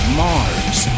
mars